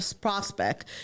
prospect